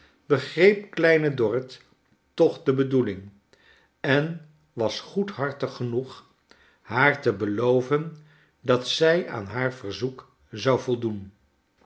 begreep kleine dorrit toch de bedoeling en was goedhartig genoeg haar te beloven dat zij aan haar verzoek zou voldoen